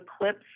clips